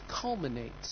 culminates